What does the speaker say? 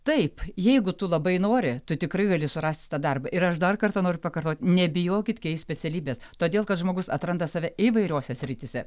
taip jeigu tu labai nori tu tikrai gali surasti tą darbą ir aš dar kartą noriu pakartoti nebijokit keist specialybės todėl kad žmogus atranda save įvairiose srityse